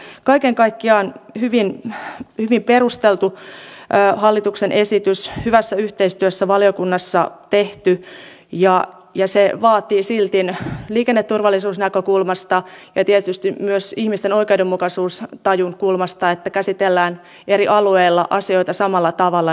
mutta kaiken kaikkiaan tämä on hyvin perusteltu hallituksen esitys hyvässä yhteistyössä valiokunnassa tehty ja se vaatii silti liikenneturvallisuusnäkökulmasta ja tietysti myös ihmisten oikeudenmukaisuustajun puolesta sitä seurantaa ja valvontaa että käsitellään eri alueilla asioita samalla tavalla